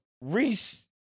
Reese